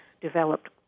developed